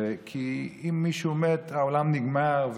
כי אם מישהו מת העולם נגמר,